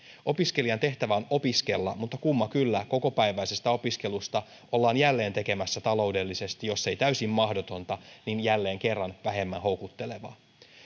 opiskelijan tehtävä on opiskella mutta kumma kyllä kokopäiväisestä opiskelusta ollaan jälleen tekemässä taloudellisesti jos ei täysin mahdotonta niin jälleen kerran vähemmän houkuttelevaa